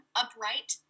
upright